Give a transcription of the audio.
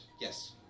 yes